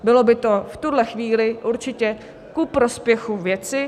Bylo by to v tuto chvíli určitě ku prospěchu věci.